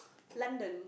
London